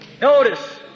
Notice